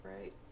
right